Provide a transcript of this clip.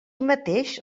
mateix